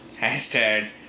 Hashtag